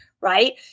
right